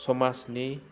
समाजनि